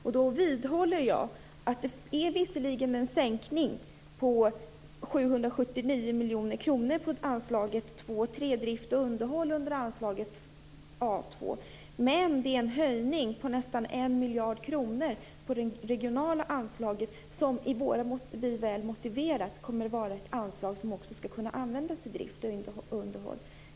Jag vidhåller att det visserligen finns en sänkning med 779 miljoner kronor i anslaget 2.3, drift och underhåll, under anslaget A 2. Men det finns också en höjning med nästan 1 miljard kronor av det regionala anslaget. Miljöpartiet har väl motiverat att det kommer att vara ett anslag som också skall kunna användas till drift och underhåll.